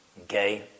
Okay